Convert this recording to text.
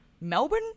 Melbourne